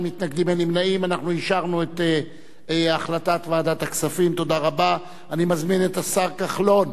הצעת ועדת הכספים בדבר פיצול הצעת חוק לתיקון